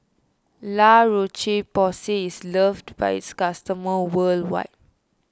La Roche Porsay is loved by its customers worldwide